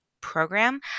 program